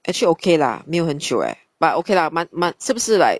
actually okay lah 没有很久 eh but okay lah 蛮蛮是不是 like